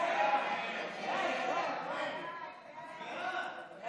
נשים (תיקון מס'